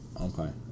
Okay